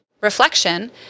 Reflection